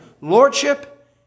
Lordship